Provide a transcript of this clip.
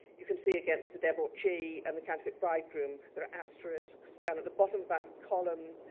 you can see against the debauchee, and the catholic bridegroom, there are asterisks. down at the bottom of that column,